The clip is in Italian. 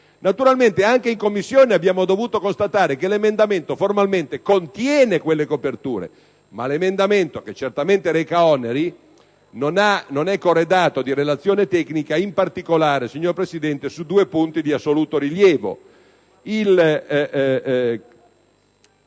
Naturalmente, anche in Commissione abbiamo dovuto constatare che l'emendamento formalmente contiene quelle coperture, ma l'emendamento, che certamente reca oneri, non è corredato di relazione tecnica in particolare, signor Presidente, su due punti di assoluto rilievo.